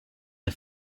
the